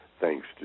thanks